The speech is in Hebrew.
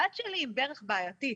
הבת שלי עם ברך בעייתית.